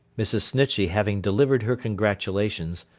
mrs. snitchey having delivered her congratulations,